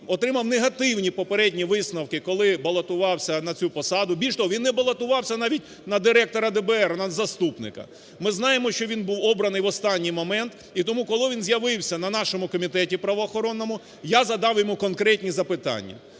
отримав негативні попередні висновки, коли балотувався на цю посаду. Більше того, він не балотувався навіть на директора ДБР, навіть заступника. Ми знаємо, що він був обраний в останній момент, і тому, коли він з'явився на нашому комітеті правоохоронному, я задав йому конкретні запитання.